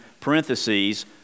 parentheses